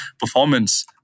performance